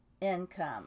income